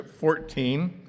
14